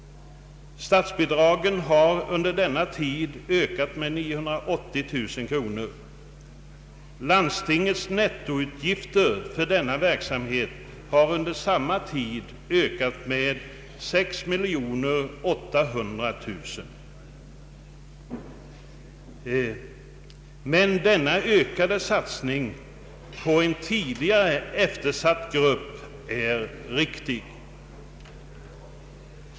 Statsbidra gen har under denna tid ökat med 980 000 kronor. Landstingets nettoutgifter för denna verksamhet har under samma tid ökat med 6 800 000 kronor. Men denna ökade satsning på en tidigare eftersatt grupp är riktig.